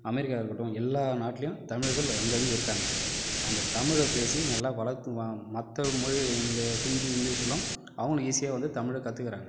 அமெரிக்காவாக இருக்கட்டும் எல்லா நாட்லேயும் தமிழர்கள் அங்கங்க இருக்காங்க அந்த தமிழை பேசி நல்லா வளர்த்து மற்ற மொழிகள் இந்த ஹிந்தி இங்கிலிஷ் எல்லாம் அவனுங்க ஈஸியா வந்து தமிழை கற்றுக்குறாங்க